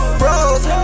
froze